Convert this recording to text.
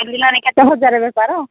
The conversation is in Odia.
କେତେ ହଜାର ବେପାର